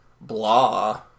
blah